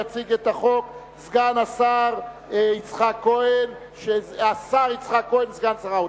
יציג את החוק השר יצחק כהן, סגן שר האוצר.